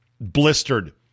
blistered